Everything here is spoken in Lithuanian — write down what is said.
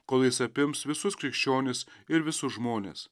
kol jis apims visus krikščionis ir visus žmones